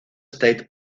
state